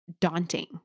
daunting